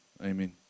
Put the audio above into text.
Amen